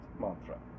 mantra